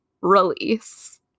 release